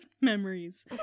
memories